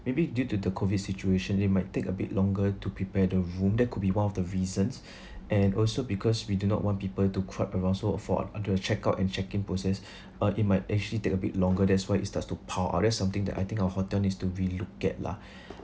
maybe due to the COVID situation they might take a bit longer to prepare the room there could be one of the reasons and also because we do not want people to cut around so for at the checkout and checkin process uh it might actually take a bit longer that's why it starts to pour uh that's something that I think our hotel needs to relook at lah